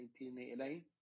1989